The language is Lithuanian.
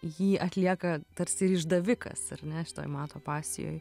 jį atlieka tarsi išdavikas ar ne šitoj mato pasijoj